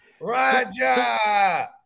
Roger